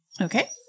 Okay